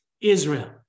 Israel